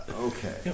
Okay